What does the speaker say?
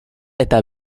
eta